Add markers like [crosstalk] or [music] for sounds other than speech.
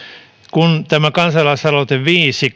kun tämä kansalaisaloite viisi [unintelligible]